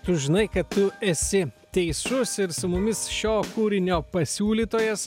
tu žinai kad tu esi teisus ir su mumis šio kūrinio pasiūlytojas